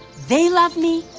they love me,